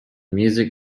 music